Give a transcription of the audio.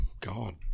God